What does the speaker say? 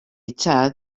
chad